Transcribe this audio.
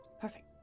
perfect